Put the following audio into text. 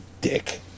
dick